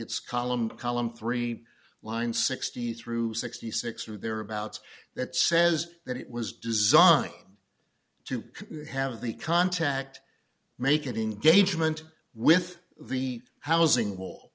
it's column a column three lines sixty through sixty six or thereabouts that says that it was designed to have the contact make it in gauge went with the housing will